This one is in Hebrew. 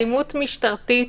אלימות משטרתית,